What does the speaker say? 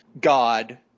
God